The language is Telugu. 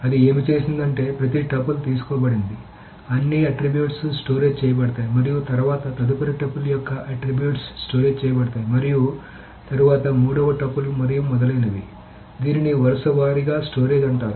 అది ఏమి చేసిందంటే ప్రతి టపుల్ తీసుకోబడింది అన్ని ఆట్రిబ్యూట్స్ స్టోరేజ్ చేయబడతాయి మరియు తరువాత తదుపరి టపుల్ యొక్క ఆట్రిబ్యూట్స్ స్టోరేజ్ చేయబడతాయి మరియు తరువాత మూడవ టపుల్ మరియు మొదలైనవి కాబట్టి దీనిని వరుస వారీగా స్టోరేజ్ అంటారు